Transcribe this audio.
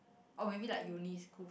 or maybe like uni school friends